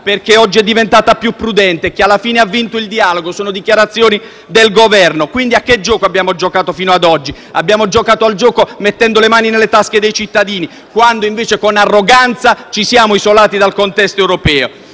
perché è diventata più prudente e perché alla fine ha vinto il dialogo: sono dichiarazioni del Governo. Quindi a che gioco abbiamo giocato fino ad oggi? Abbiamo giocato mettendo le mani nelle tasche dei cittadini quando, invece, con arroganza, ci siamo isolati dal contesto europeo.